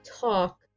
talk